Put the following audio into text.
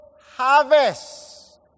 harvest